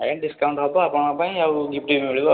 ଆଜ୍ଞା ଡିସକାଉଣ୍ଟ ହେବ ଆପଣଙ୍କପାଇଁ ଆଉ ଗିଫ୍ଟ ବି ମିଳିବ ଆଉ